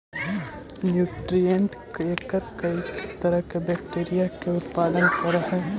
nutrient agar कईक तरह के बैक्टीरिया के उत्पादन करऽ हइ